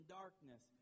darkness